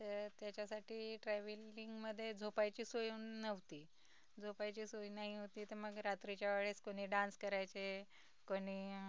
तर त्याच्यासाठी ट्रॅव्हलिंगमध्ये झोपायची सोय नव्हती झोपायची सोय ना होती त मग रात्रीच्या वेळेस कोणी डान्स करायचे कोणी